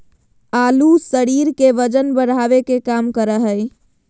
आलू शरीर के वजन बढ़ावे के काम करा हइ